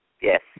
Yes